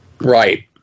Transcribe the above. Right